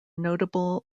notable